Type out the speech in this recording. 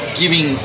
giving